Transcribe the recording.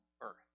earth